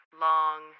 long